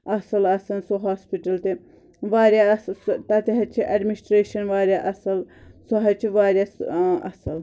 اصٕل آسان سُہ ہاسپِٹل تہِ واریاہ اصٕل سُہ تتہِ حَظ چھُ ایڈمِنِسٹریشن واریاہ اصٕل سُہ حَظ چھِ واریاہ سُہ اصٕل